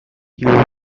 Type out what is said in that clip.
your